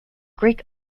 greek